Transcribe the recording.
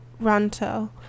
Ronto